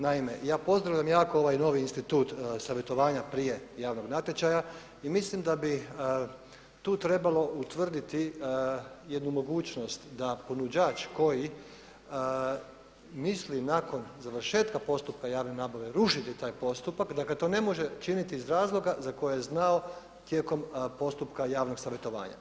Naime, ja pozdravljam jako ovaj novi institut savjetovanja prije javnog natječaja i mislim da bi tu trebalo utvrditi jednu mogućnost da ponuđač koji misli nakon završetka postupka javne nabave rušiti taj postupak, dakle to ne može činiti iz razloga za koje je znao tijekom postupka javnog savjetovanja.